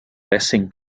lessing